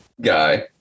guy